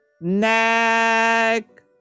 neck